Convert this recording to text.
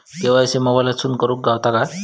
KYC मोबाईलातसून करुक गावता काय?